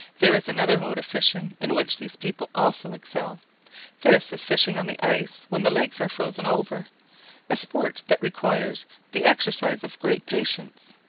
there is another mode of fishing in which these people also excel this is fishing on the ice when the lakes are frozen over a sport that requires the exercise of great patience.